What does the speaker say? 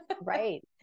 Right